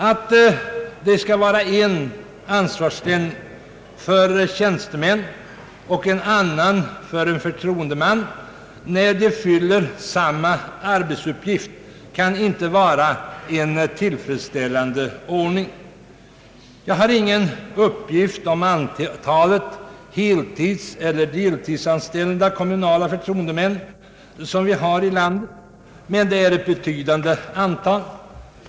Att det skall vara en ansvarsställning för tjänstemän och en annan för förtroendemän när de fyller samma arbetsuppgift kan inte vara en tillfredsställande ordning. Jag har inte någon uppgift om antalet heltidseller deltidsanställda kommunala förtroendemän här i landet, men de utgör ett betydande antal.